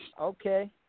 Okay